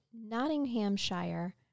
Nottinghamshire